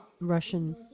Russian